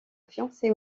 fiancée